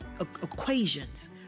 equations